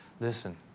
Listen